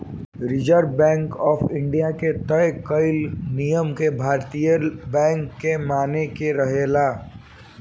reserve Bank of India के तय कईल नियम के भारतीय बैंक के माने के रहेला